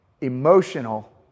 emotional